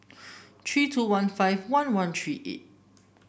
three two one five one one three eight